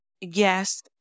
Yes